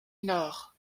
nord